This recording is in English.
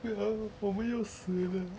我们我们要死 liao